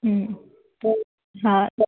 हूं हा त